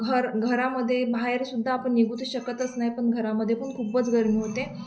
घर घरामध्ये बाहेरसुद्धा आपण निघू तर शकतच नाही पण घरामध्ये पण खूपच गरमी होते